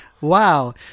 Wow